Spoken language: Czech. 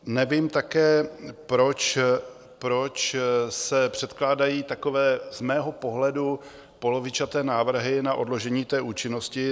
Nevím také, proč se předkládají takové z mého pohledu polovičaté návrhy na odložení účinnosti.